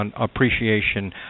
appreciation